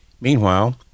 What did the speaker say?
Meanwhile